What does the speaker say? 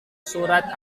surat